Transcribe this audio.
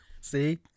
See